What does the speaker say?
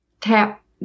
tap